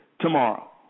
Tomorrow